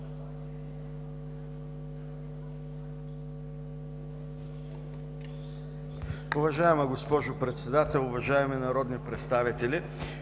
Уважаема госпожо Председател, уважаеми народни представители!